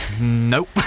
nope